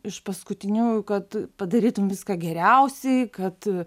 iš paskutiniųjų kad padarytum viską geriausiai kad